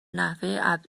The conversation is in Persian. نحوه